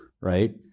Right